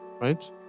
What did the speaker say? Right